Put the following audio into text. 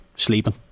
sleeping